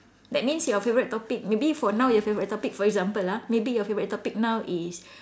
that means your favourite topic maybe for now your favorite topic for example lah maybe your favourite topic now is